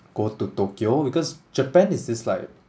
go to Tokyo because Japan is this like